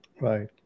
Right